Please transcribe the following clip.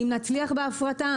אם נצליח בהפרטה,